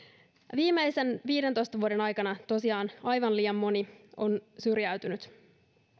viimeisen viidentoista vuoden aikana tosiaan aivan liian moni on syrjäytynyt